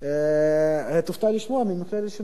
תופתע לשמוע, ממכללת שנקר,